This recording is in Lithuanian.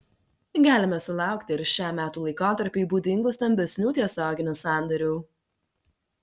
galime sulaukti ir šiam metų laikotarpiui būdingų stambesnių tiesioginių sandorių